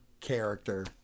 character